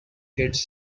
gets